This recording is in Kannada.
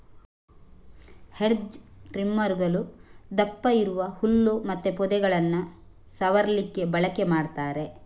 ಹೆಡ್ಜ್ ಟ್ರಿಮ್ಮರುಗಳು ದಪ್ಪ ಇರುವ ಹುಲ್ಲು ಮತ್ತೆ ಪೊದೆಗಳನ್ನ ಸವರ್ಲಿಕ್ಕೆ ಬಳಕೆ ಮಾಡ್ತಾರೆ